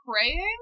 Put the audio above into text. praying